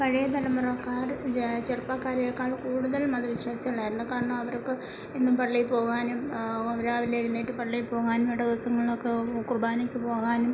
പഴയ തലമുറക്കാർ ജ് ചെറുപ്പക്കാരേക്കാൾ കൂടുതൽ മത വിശ്വാസികളായിരുന്നു കാരണം അവർക്ക് എന്നും പള്ളിയിൽ പോവാനും ഓ രാവിലെ എഴുന്നേറ്റ് പള്ളിയിൽ പോകാനും ഇട ദിവസങ്ങളിലൊക്കെ കുർബാനയ്ക്ക് പോകാനും